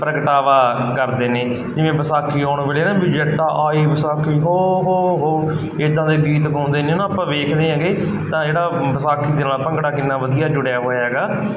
ਪ੍ਰਗਟਾਵਾਂ ਕਰਦੇ ਨੇ ਜਿਵੇਂ ਵਿਸਾਖੀ ਆਉਣ ਵੇਲੇ ਨਾ ਵੀ ਜੱਟਾ ਆਈ ਵਿਸਾਖੀ ਹੋ ਹੋ ਹੋ ਇੱਦਾਂ ਦੇ ਗੀਤ ਗਾਉਂਦੇ ਨੇ ਨਾ ਆਪਾਂ ਵੇਖਦੇ ਹੈਗੇ ਤਾਂ ਜਿਹੜਾ ਵਿਸਾਖੀ ਦੇ ਨਾਲ ਭੰਗੜਾ ਕਿੰਨਾ ਵਧੀਆ ਜੁੜਿਆ ਹੋਇਆ ਹੈਗਾ